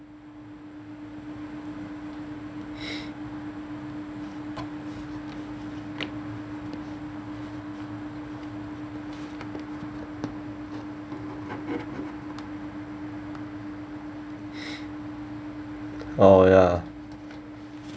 oh ya